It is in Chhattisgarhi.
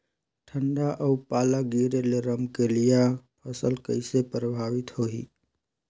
ठंडा अउ पाला गिरे ले रमकलिया फसल कइसे प्रभावित होही?